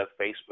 Facebook